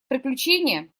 приключение